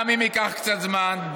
גם אם ייקח קצת זמן,